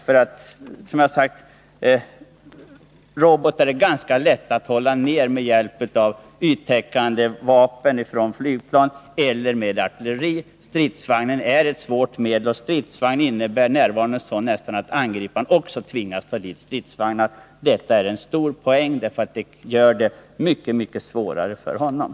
Som jag har sagt är robotar ganska lätta att hålla ned med hjälp av yttäckande vapen från flygplan eller med artilleri, men stridsvagnen är svår att bekämpa. Närvaron av ett stridsvagnsförband innebär nästan att en angripare tvingas också ta med stridsvagnar. Detta är Nr 45 en stor poäng, för det gör det mycket svårare för honom.